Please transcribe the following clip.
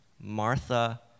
Martha